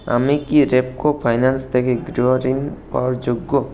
আমি কি Repco finance থেকে গৃহ ঋণ পাওয়ার যোগ্য